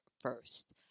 first